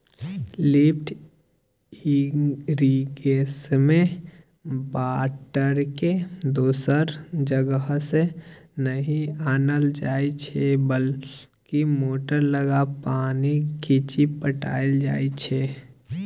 lift इरिगेशनमे बाटरकेँ दोसर जगहसँ नहि आनल जाइ छै बल्कि मोटर लगा पानि घीचि पटाएल जाइ छै